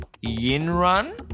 Yin-run